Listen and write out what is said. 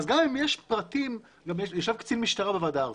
גם אם יש פרטים, למשל קצין משטרה בוועדה הארצית.